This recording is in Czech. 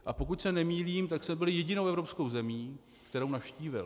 A pokud se nemýlím, tak jsme byli jedinou evropskou zemí, kterou navštívil.